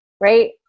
right